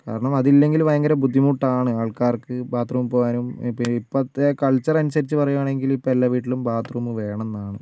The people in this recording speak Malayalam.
കാരണം അതില്ലെങ്കിൽ ഭയങ്കര ബുദ്ധിമുട്ടാണ് ആൾക്കാർക്ക് ബാത്ത്റൂമിൽ പോകാനും ഇപ്പം കൾച്ചർ അനുസരിച്ച് പറയുകയാണെങ്കിൽ ഇപ്പം എല്ലാ വീട്ടിലും ബാത്ത് റൂം വേണമെന്നാണ്